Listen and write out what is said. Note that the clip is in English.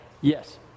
Yes